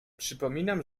przypominam